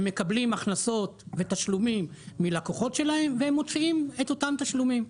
הם מקבלים הכנסות ותשלומים מלקוחות שלהם והם מוציאים את אותם תשלומים.